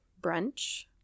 Brunch